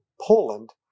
Poland